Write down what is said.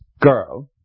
girl